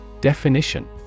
Definition